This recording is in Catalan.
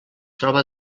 troba